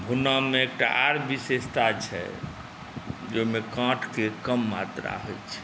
भुन्नामे एकटा आर विशेषता छै जे ओहिमे काँटके कम मात्रा होइत छै